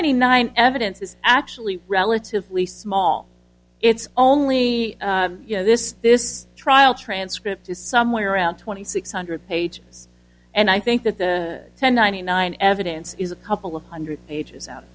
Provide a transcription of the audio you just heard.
any nine evidence is actually relatively small it's only you know this this trial transcript is somewhere around twenty six hundred pages and i think that the ten ninety nine evidence is a couple of hundred pages